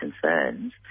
concerns